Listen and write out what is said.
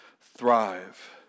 thrive